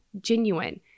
genuine